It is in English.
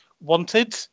wanted